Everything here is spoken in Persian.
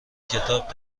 کتاب